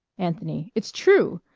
anthony it's true.